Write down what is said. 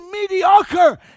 mediocre